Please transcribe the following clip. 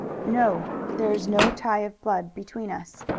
no there is no tie of blood between us.